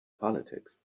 politics